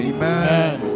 Amen